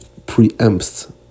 preempts